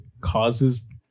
causes